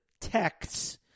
texts